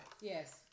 Yes